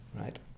right